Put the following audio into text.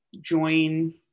join